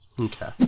Okay